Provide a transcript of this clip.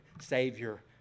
Savior